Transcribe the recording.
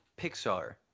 pixar